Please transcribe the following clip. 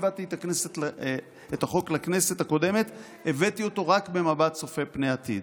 כשהבאתי את החוק לכנסת הקודמת הבאתי אותו רק במבט צופה פני עתיד.